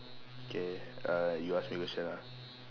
K uh you ask me question ah